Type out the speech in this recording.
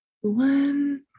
One